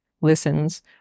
listens